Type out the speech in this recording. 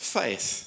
faith